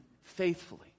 faithfully